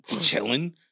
chilling